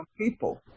people